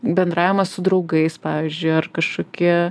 bendravimas su draugais pavyzdžiui ar kašokie